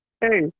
Hey